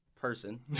person